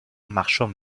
marchand